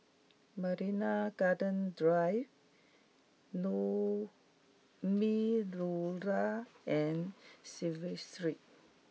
Marina Gardens Drive Naumi Liora and Clive Street